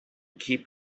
keep